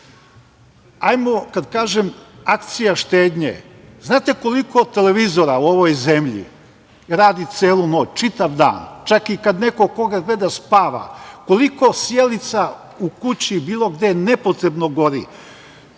nje. Kada kažem akcija štednje, znate koliko televizora u ovoj zemlji radi celu noć, čitav dan, čak i kad neko ko ga gleda, spava. Koliko sijalica u kući, bilo gde, neprekidno gori.